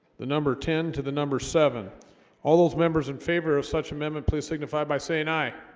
the number ten to the number seven all those members in favor of such amendment, please signify by saying aye